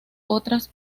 otras